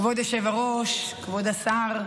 כבוד היושב-ראש, כבוד השר,